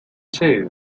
too